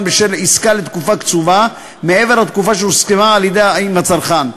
בשל עסקה לתקופה קצובה מעבר לתקופה שהוסכמה עם הצרכן,